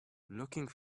looking